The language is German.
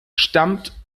stammt